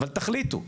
אבל תחליטו,